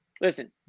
listen